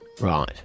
Right